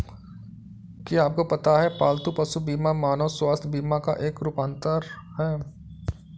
क्या आपको पता है पालतू पशु बीमा मानव स्वास्थ्य बीमा का एक रूपांतर है?